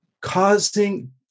causing